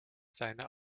seine